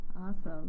Awesome